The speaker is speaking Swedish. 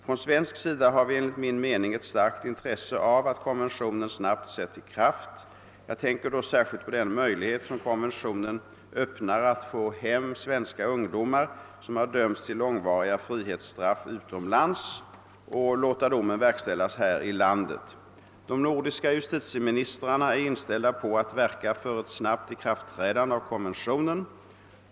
Från svensk sida har vi enligt min mening ctt starkt intresse av att konventionen snabbt sätts i kraft. Jag tänker då särskilt på den möjlighet som konventionen öppnar att få hem svenska ungdomar, som har dömts till långvariga frihetsstraff utomlands, och låta domen verkställas här i landet. De nordiska justitieministrarna är inställda på att verka för ett snabbt ikraftträdande av konventionen.